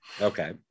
Okay